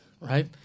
Right